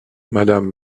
madame